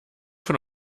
von